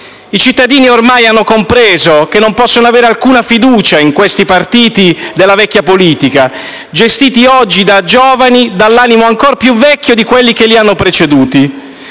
I cittadini ormai hanno compreso che non possono avere alcuna fiducia nei partiti della vecchia politica, gestiti oggi da giovani dall'animo ancor più vecchio di quelli che li hanno preceduti.